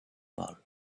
vol